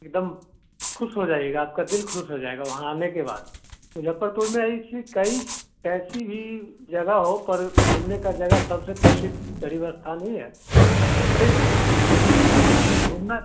एक दम ख़ुश हो जाइएगा आपका दिल ख़ुश हो जाएगा वहाँ आने के बाद मुज़फ़्फ़रपुर में ऐसी कई ऐसी भी जगहोँ पर घूमने की जगह सबसे प्रसिद्ध ग़रीब स्थान ही है ठीक है वैसे घूमना